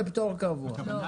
לא פטור קבוע עם סמכות לשר.